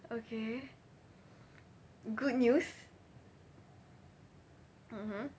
okay good news mmhmm